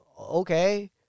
Okay